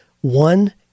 one